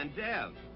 and dev,